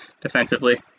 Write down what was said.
defensively